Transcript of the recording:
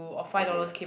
okay